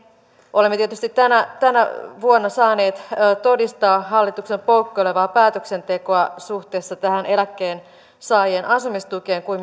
olemme tietysti tänä tänä vuonna saaneet todistaa hallituksen poukkoilevaa päätöksentekoa niin suhteessa tähän eläkkeensaajan asumistukeen kuin